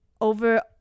over